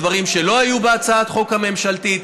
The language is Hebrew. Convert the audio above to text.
דברים שלא היו בהצעת החוק הממשלתית,